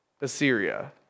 Assyria